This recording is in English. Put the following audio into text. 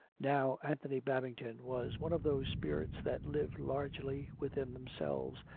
now anthony babington was one of those spirits that live largely within themselves,